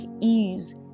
ease